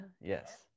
Yes